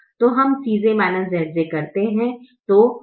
तो हम Cj Zj करते हैं